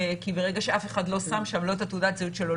כי ברגע שאף אחד לא שם שם לא את תעודת הזהות שלו,